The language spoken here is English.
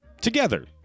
together